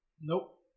Nope